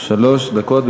שלוש דקות.